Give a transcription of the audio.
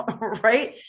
right